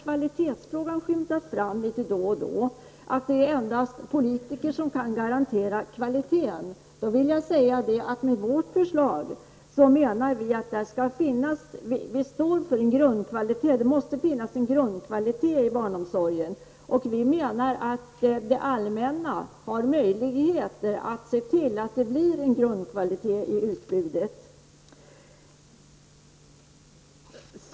Kvalitetsfrågan har skymtat fram litet då och då, dvs. att det endast är politiker som kan garantera kvaliteten. Med vårt förslag menar vi att det skall finnas en grundkvalitet i barnomsorgen. Vi menar att det allmänna har möjligheter att se till att det blir en grundkvalitet i utbudet.